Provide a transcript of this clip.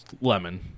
Lemon